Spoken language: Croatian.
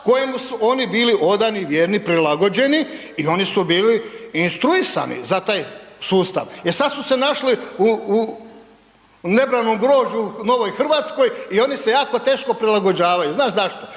kojemu su oni bili odani, vjerni, prilagođeni i oni su bili instruisani za taj sustav. E sad su se našli u, u nebranom grožđu u novoj RH i oni se jako teško prilagođavaju. Znaš zašto?